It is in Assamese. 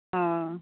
অ